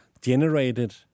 generated